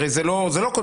הרי זה לא קונסטיטוטיבי,